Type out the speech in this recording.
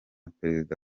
perezida